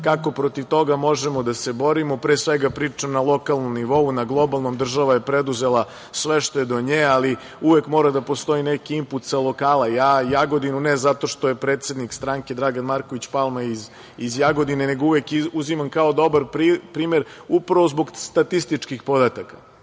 kako protiv toga možemo da se borimo, pre svega priča na lokalnom nivou, na globalnom država je preduzela sve što je do nje ali uvek mora da postoji neki input sa lokala. Jagodina, ne zato što je predsednik stranke Dragan Marković Palma iz Jagodine nego uvek uzimam kao dobar primer upravo zbog statističkih podataka. Ono